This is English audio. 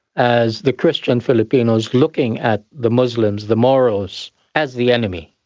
as the christian filipinos looking at the muslims, the moros as the enemy.